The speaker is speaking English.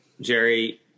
Jerry